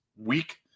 week